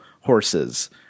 horses